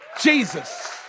Jesus